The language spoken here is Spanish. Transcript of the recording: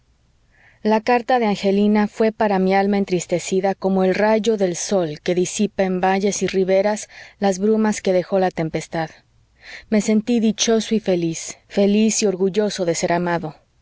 la carta de angelina fué para mi alma entristecida como el rayo del sol que disipa en valles y riberas las brumas que dejó la tempestad me sentí dichoso y feliz feliz y orgulloso de ser amado